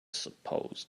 suppose